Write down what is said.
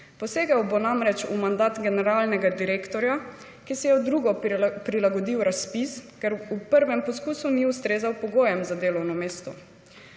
Posegel bo namreč v mandat generalnega direktorja, ki si je v drugo prilagodil razpis, ker v prvem poskusu ni ustrezal pogojem za delovno mesto.